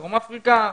בדרום אפריקה,